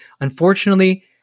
Unfortunately